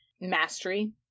mastery